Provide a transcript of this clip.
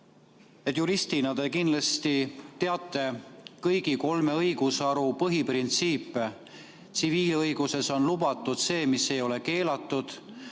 et juristina te kindlasti teate kõigi kolme õigusharu põhiprintsiipe. Tsiviilõiguses on lubatud see, mis ei ole keelatud.